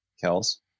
Kells